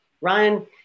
Ryan